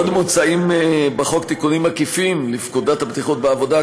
עוד מוצעים בחוק תיקונים עקיפים לפקודת הבטיחות בעבודה,